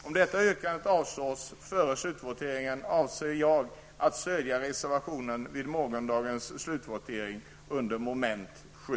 Om det yrkandet avslås före slutvoteringen avser jag att stödja reservationen vid morgondagens slutvotering under mom. 7.